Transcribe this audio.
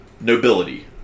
nobility